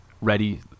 ready